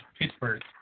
Pittsburgh